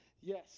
Yes